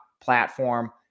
platform